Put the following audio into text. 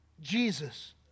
Jesus